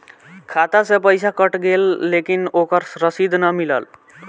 खाता से पइसा कट गेलऽ लेकिन ओकर रशिद न मिलल?